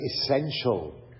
essential